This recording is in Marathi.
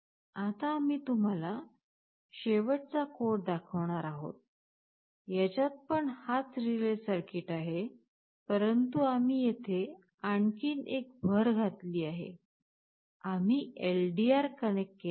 आता आम्ही तुम्हाला शेवटचा कोड दाखविणार आहोत ह्याच्यात पण हाच रिले सर्किट आहे परंतु आम्ही येथे आणखी एक भर घातली आहे आम्ही LDR कनेक्ट केला आहे